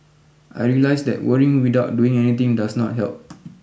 I realised that worrying without doing anything does not help